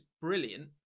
brilliant